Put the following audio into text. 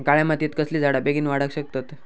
काळ्या मातयेत कसले झाडा बेगीन वाडाक शकतत?